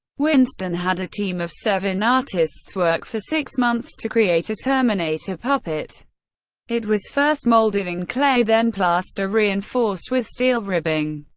winston had a team of seven artists work for six months to create a terminator puppet it was first molded in clay, then plaster reinforced with steel ribbing.